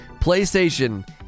PlayStation